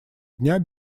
дня